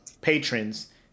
patrons